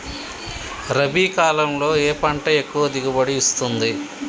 రబీ కాలంలో ఏ పంట ఎక్కువ దిగుబడి ఇస్తుంది?